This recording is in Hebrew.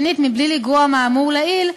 שנית, מבלי לגרוע מהאמור לעיל,